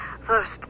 First